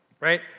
Right